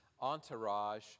entourage